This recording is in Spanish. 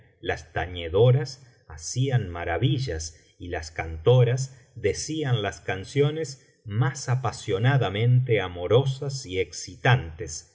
las tañedoras hacían maravillas y las cantoras decían las canciones más apasionadamente amorosas y excitantes